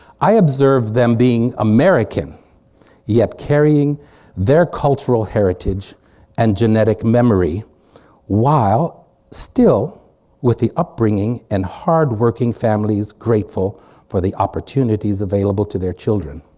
i observed them being american yet carrying their cultural heritage and genetic memory while still with the upbringing and hardworking families grateful for the opportunities available to their children.